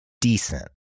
decent